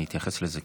אני אתייחס לזה,